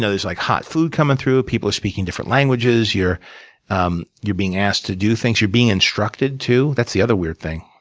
there's like hot food coming through, people are speaking different languages, you're um you're being asked to do things. you're being instructed, too. that's the other weird thing.